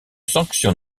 sanction